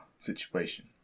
situation